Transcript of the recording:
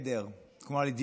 כמו על אידיוט שימושי.